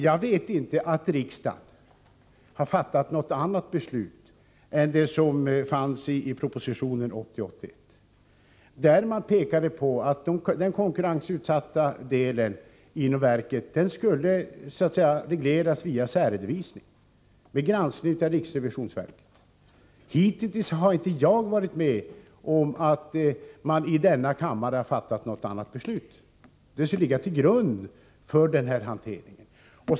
Jag vet inte att riksdagen har fattat något annat beslut än det som föreslogs i proposition 1980/81, där man pekade på att den konkurrensutsatta delen inom verket skulle regleras via särredovisning vid granskning av riksrevisionsverket. Hittills har jag alltså inte varit med om att denna kammare fattat något annat beslut. Detta beslut skall ligga till grund för hanteringen.